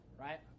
Right